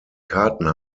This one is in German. karten